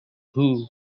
who